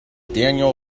daniel